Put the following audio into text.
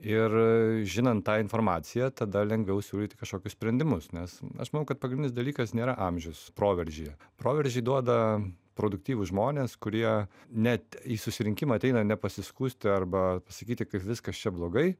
ir žinant tą informaciją tada lengviau siūlyti kažkokius sprendimus nes aš manau kad pagrindinis dalykas nėra amžius proveržyje proveržį duoda produktyvūs žmonės kurie net į susirinkimą ateina ne pasiskųsti arba pasakyti kaip viskas čia blogai